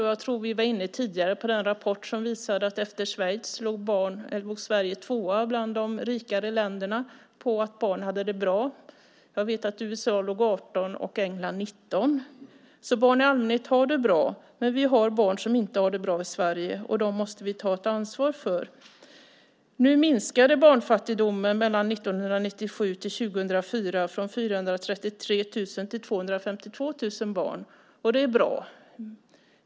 Vi var tidigare inne på den rapport som visade att efter Schweiz låg Sverige tvåa bland de rikare länder där barn har det bra. USA låg på 18:e och England på 19:e plats. Barn i allmänhet har det bra, men det finns barn som inte har det bra i Sverige, och dem måste vi ta ett ansvar för. Barnfattigdomen minskade mellan 1997 och 2004 från 433 000 till 252 000 barn, och det är bra.